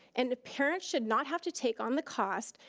and the parents should not have to take on the costs,